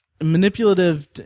manipulative